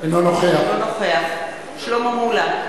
אינו נוכח שלמה מולה,